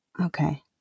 Okay